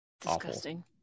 Disgusting